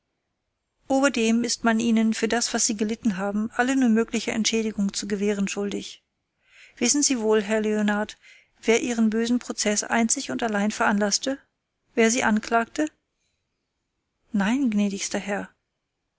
oberdem ist man ihnen für das was sie gelitten haben alle nur mögliche entschädigung zu gewähren schuldig wissen sie wohl herr leonard wer ihren bösen prozeß einzig und allein veranlaßte wer sie anklagte nein gnädigster herr